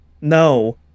No